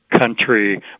country